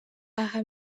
aha